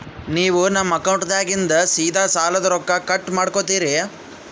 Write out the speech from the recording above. ನೀವು ನಮ್ಮ ಅಕೌಂಟದಾಗಿಂದ ಸೀದಾ ಸಾಲದ ರೊಕ್ಕ ಕಟ್ ಮಾಡ್ಕೋತೀರಿ?